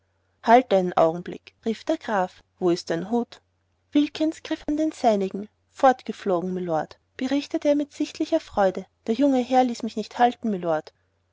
halt einen augenblick rief der graf wo ist dein hut wilkins griff an den seinigen fortgeflogen mylord berichtete er mit sichtlicher freude der junge herr ließ mich nicht halten mylord